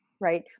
right